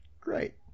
great